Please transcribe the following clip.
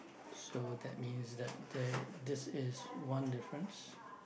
so that means that there this is one difference